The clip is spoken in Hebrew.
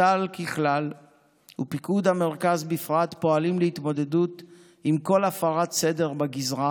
בצה"ל בכלל ובפיקוד המרכז בפרט פועלים להתמודדות עם כל הפרת סדר בגזרה